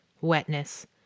wetness